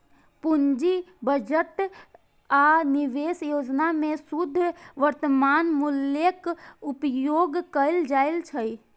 पूंजी बजट आ निवेश योजना मे शुद्ध वर्तमान मूल्यक उपयोग कैल जाइ छै